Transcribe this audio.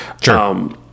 Sure